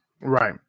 Right